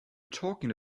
talking